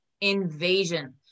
Invasion